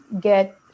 get